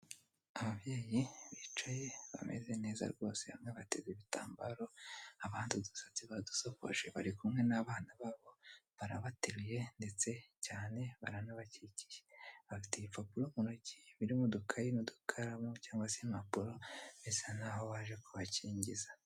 Ababyeyi bicaye bameze neza rwose. Bamwe bateze ibitambaro, abandi udusatsi badusokoje bari kumwe n'abana babo, barabateruye ndetse cyane baranabakikiye. Bafite ibipapuro mu ntoki birimo udukayi n'udukaramo, cyangwa se impapuro bisa nk'aho baje kubakingiza.